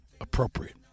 appropriate